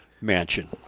mansion